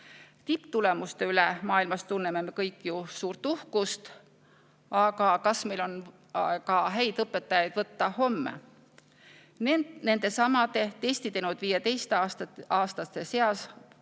Tipptulemuste üle maailmas tunneme kõik suurt uhkust. Aga kas meil on häid õpetajaid võtta ka homme? Nendesamade testi teinud 15-aastaste seas